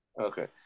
Okay